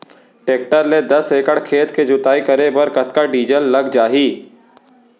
Tractor ले दस एकड़ खेत के जुताई करे बर कतका डीजल लग जाही?